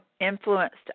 influenced